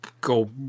go